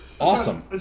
Awesome